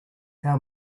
how